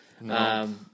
No